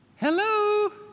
hello